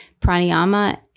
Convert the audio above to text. pranayama